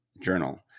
journal